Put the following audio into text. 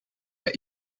hij